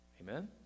Amen